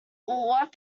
what